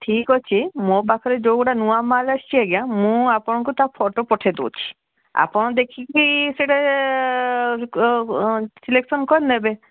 ଠିକ୍ ଅଛି ମୋ ପାଖରେ ଯେଉଁ ଗୁଡ଼ା ନୂଆ ମାଲ୍ ଆସିଛି ଆଜ୍ଞା ମୁଁ ଆପଣଙ୍କୁ ତା ଫଟୋ ପଠାଇ ଦଉଛି ଆପଣ ଦେଖିକି ସେଇଟା ସିଲେକ୍ସନ୍ କରି ନେବେ